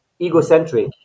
egocentric